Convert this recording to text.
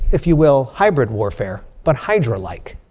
if you will, hybrid warfare. but hydra-like.